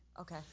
Okay